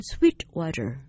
Sweetwater